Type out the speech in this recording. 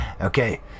Okay